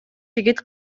жигит